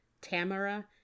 Tamara